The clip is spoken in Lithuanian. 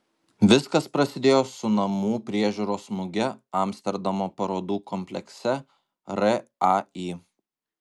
viskas prasidėjo su namų priežiūros muge amsterdamo parodų komplekse rai